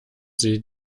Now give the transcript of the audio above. sie